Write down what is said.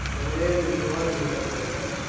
the land was large enough for us,